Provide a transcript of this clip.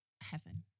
Heaven